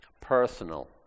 personal